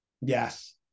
Yes